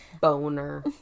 Boner